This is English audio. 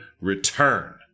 return